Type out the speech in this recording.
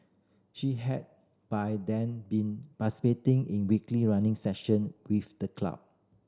she had by then been participating in weekly running session with the club